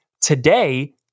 Today